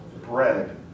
bread